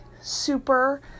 super